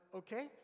okay